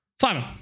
Simon